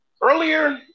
Earlier